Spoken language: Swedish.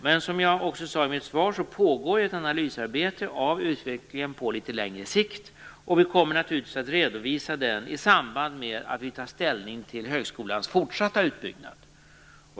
Men som jag också sade i mitt svar pågår det ett arbete med att analysera utvecklingen på litet längre sikt, och vi kommer naturligtvis att redovisa det i samband med att vi tar ställning till högskolans fortsatta utbyggnad.